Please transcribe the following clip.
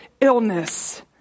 illness